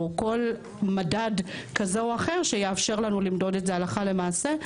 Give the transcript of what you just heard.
כל מדד כזה או אחר שיאפשר לנו למדוד את זה הלכה למעשה.